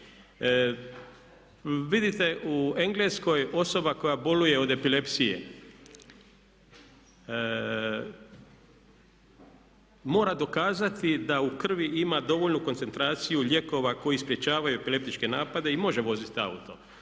Vidite u Engleskoj osoba koja boluje od epilepsije mora dokazati da u krvi ima dovoljnu koncentraciju lijekova koji sprječavaju epileptičke napade i može voziti auto,